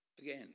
Again